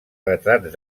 retrats